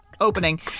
opening